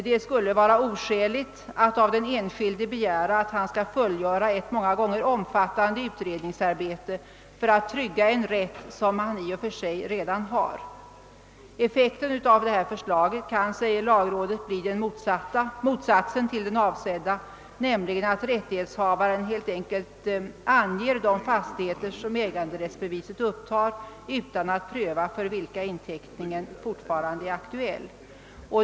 Det skulle vara oskäligt att av den enskilde begära, att han fullgör ett många gånger omfattande utredningsarbete för att trygga en rätt som han i och för sig redan har. Effekten av förslaget kan, säger lagrådet, bli motsatsen till den avsedda, nämligen att rättighetshavaren helt enkelt anger de fastigheter som ägandederättsbeviset upptar utan att pröva, för vilka av dessa inteckningen fortfarande är aktuell.